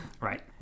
Right